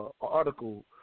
article